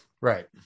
Right